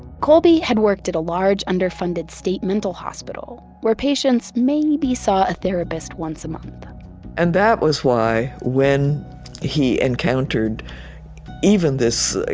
colby had worked at a large underfunded state mental hospital where patients maybe saw a therapist once a month and that was why when he encountered even this